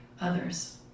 others